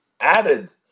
added